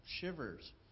shivers